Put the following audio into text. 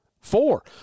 Four